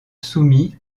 soumis